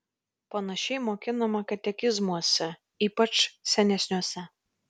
panašiai mokinama katekizmuose ypač senesniuose